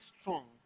strong